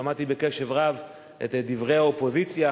שמעתי בקשב רב את דברי האופוזיציה,